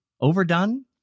Overdone